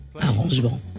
arrangement